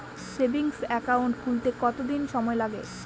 Savings account খুলতে কতদিন সময় লাগে?